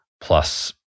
plus